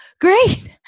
great